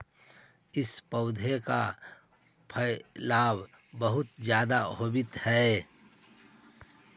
इस पौधे का फैलाव बहुत ज्यादा होवअ हई